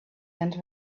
and